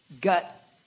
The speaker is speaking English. gut